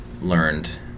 learned